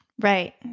Right